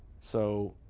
so